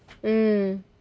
mm